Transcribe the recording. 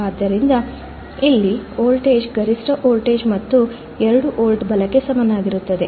ಆದ್ದರಿಂದ ಇಲ್ಲಿ ವೋಲ್ಟೇಜ್ ಗರಿಷ್ಠ ವೋಲ್ಟೇಜ್ ಮತ್ತು 2 ವೋಲ್ಟ್ ಬಲಕ್ಕೆ ಸಮಾನವಾಗಿರುತ್ತದೆ